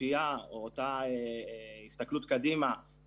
מביאה לידי ביטוי את ההשלכות שיהיו למהלך